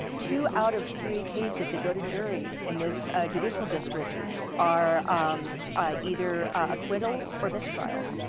two out of three cases that go to jury in this judicial district are um either acquittals or mistrials.